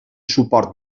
suport